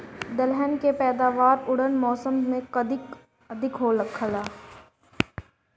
दलहन के पैदावार कउन मौसम में अधिक होखेला?